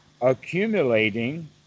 accumulating